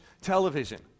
television